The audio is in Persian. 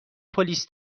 پلیس